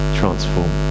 transform